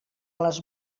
les